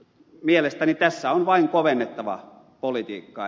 mielestäni tässä on vain kovennettava politiikkaa